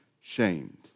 shamed